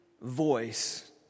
voice